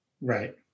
Right